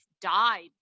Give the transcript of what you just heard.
died